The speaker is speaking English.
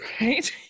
right